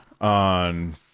on